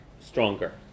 stronger